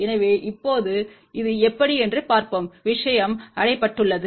எனவே இப்போது இது எப்படி என்று பார்ப்போம் விஷயம் அடையப்பட்டுள்ளது